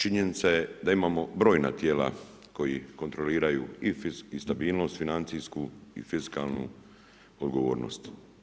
Činjenica je da imamo brojna tijela koja kontrolu i stabilnost financiju i fiskalnu odgovornost.